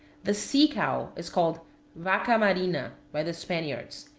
the sea-cow is called vaca marina by the spaniards,